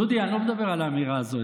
דודי, אני לא מדבר על האמירה הזאת.